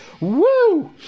Woo